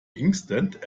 inkstand